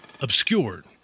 Obscured